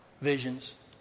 visions